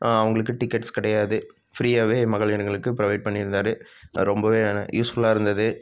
அவங்களுக்கு டிக்கெட்ஸ் கிடையாது ஃப்ரீயாகவே மகளிர்களுக்கு ப்ரொவைட் பண்ணியிருந்தாரு அது ரொம்பவே யூஸ்ஃபுல்லாக இருந்தது